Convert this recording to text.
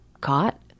caught